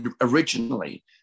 originally